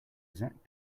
exact